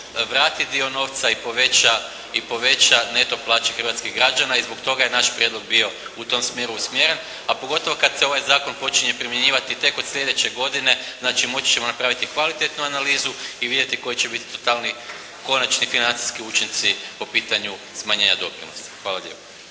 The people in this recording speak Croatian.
vrati dio novca i poveća i poveća neto plaće hrvatskih građana i zbog toga je naš prijedlog bio u tom smjeru usmjeren. A pogotovo kad se ovaj zakon počinje primjenjivati tek od sljedeće godine. Znači moći ćemo napraviti kvalitetnu analizu i vidjeti koji će biti totalni, konačni financijski učinci po pitanju smanjenja doprinosa. Hvala lijepa.